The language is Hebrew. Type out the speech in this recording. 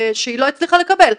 היא לא הצליחה לקבל.